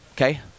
okay